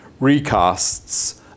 recasts